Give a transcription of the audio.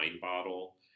bottle